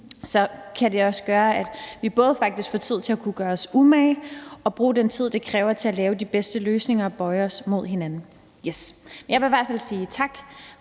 Så kan det også gøre, at vi faktisk både får tid til at gøre os umage og bruge den tid, det kræver at lave de bedste løsninger og bøje os mod hinanden.